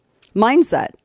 mindset